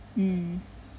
mm